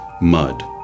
mud